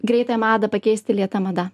greitąją madą pakeisti lėta mada